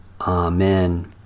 amen